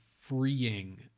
freeing